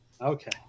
Okay